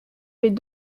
les